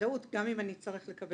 בוודאות גם אם אני אצטרך לקבל הבהרות.